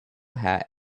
hat